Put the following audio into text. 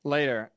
Later